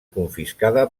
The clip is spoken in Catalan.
confiscada